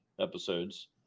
episodes